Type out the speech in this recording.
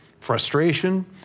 frustration